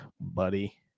buddy